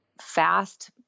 fast